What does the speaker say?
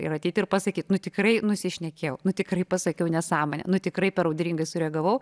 ir ateiti ir pasakyt nu tikrai nusišneki nu tikrai pasakiau nesąmonę nu tikrai per audringai sureagavau